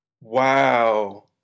wow